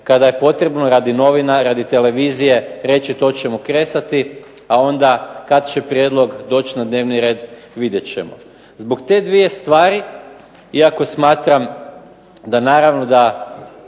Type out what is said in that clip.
kada je potrebno radi novina, radi televizije reći to ćemo kresati, a onda kada će prijedlog doći na dnevni red, vidjet ćemo. Zbog te dvije stvari, iako smatram da naravno da